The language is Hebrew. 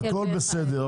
הכול בסדר.